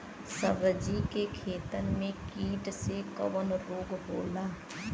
सब्जी के खेतन में कीट से कवन रोग होला?